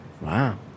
Wow